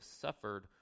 suffered